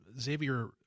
Xavier